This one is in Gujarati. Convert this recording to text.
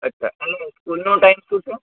અચ્છા સ્કૂલનો ટાઇમ શું છે